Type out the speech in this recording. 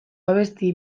abesti